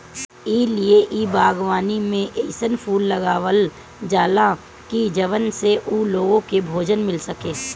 ए लिए इ बागवानी में अइसन फूल लगावल जाला की जवना से उ लोग के भोजन मिल सके